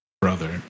brother